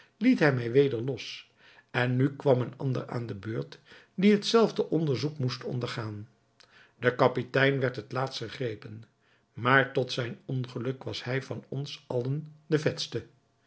liet hij mij weder los en nu kwam een ander aan de beurt die het zelfde onderzoek moest ondergaan de kapitein werd het laatst gegrepen maar tot zijn ongeluk was hij van ons allen de vetste